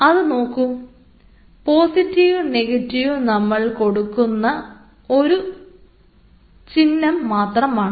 അത് നോക്കൂ പോസിറ്റീവും നെഗറ്റീവും നമ്മൾ കൊടുക്കുന്ന ഒരു ചിഹ്നം മാത്രമാണ്